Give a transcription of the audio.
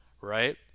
right